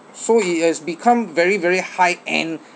so it has become very very high end